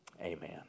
Amen